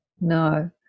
No